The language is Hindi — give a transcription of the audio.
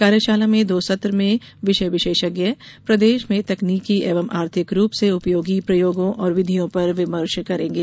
कार्यशाला में दो सत्र में विषय विशेषज्ञ प्रदेश में तकनीकी एवं आर्थिक रूप से उपयोगी प्रयोगों और विधियों पर विमर्श करेंगे